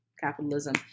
capitalism